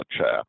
chair